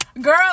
girl